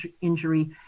injury